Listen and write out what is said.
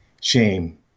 Shame